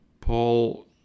Paul